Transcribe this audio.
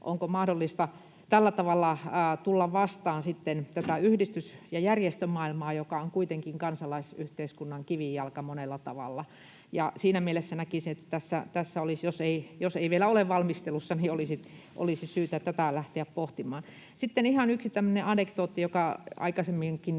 onko mahdollista tällä tavalla tulla vastaan tätä yhdistys- ja järjestömaailmaa, joka on kuitenkin kansalaisyhteiskunnan kivijalka monella tavalla? Siinä mielessä näkisin, että jos tämä ei vielä ole valmistelussa, niin olisi syytä tätä lähteä pohtimaan. Sitten yksi ihan tämmöinen anekdootti, jonka aikaisemminkin,